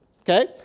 okay